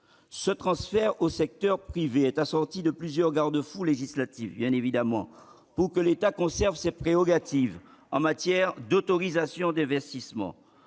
Ce transfert au secteur privé est évidemment assorti de plusieurs garde-fous législatifs pour que l'État conserve ses prérogatives en matière d'autorisation d'investissements.